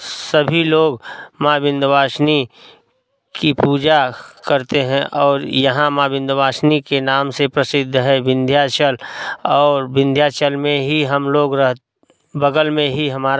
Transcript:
सभी लोग माँ विंध्यवासिनी की पूजा करते हैं और यहाँ माँ विंध्यवासिनी के नाम से प्रसिद्ध है विंध्याचल और विंध्याचल मे हीं हम लोग रह बगल में हीं हमारा